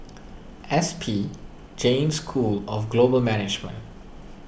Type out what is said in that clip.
S P Jain School of Global Management